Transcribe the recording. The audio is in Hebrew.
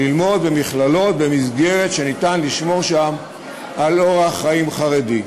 ללמוד במסגרת שניתן לשמור בה על אורח חיים חרדי.